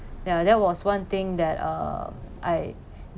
ya that was one thing that uh I